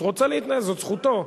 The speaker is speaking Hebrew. זאת זכותו.